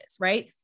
right